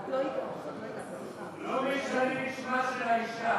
לא משנים את שמה של האישה.